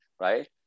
Right